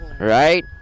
right